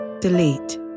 Delete